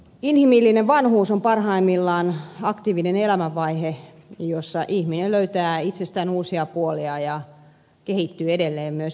inhimillinen vanhuus on parhaimmillaan aktiivinen elämänvaihe jossa ihminen löytää itsestään uusia puolia ja kehittyy edelleen myös ihmisenä